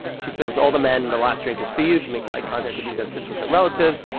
she serves all the men, the last drink is for you, she makes eye contact with you then sits with her relatives.